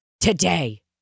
today